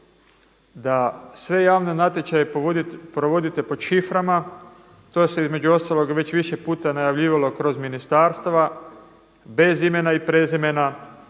da sve javne natječaje provodite pod šiframa, to se između ostalog već više puta najavljivalo kroz ministarstva bez imena i prezimena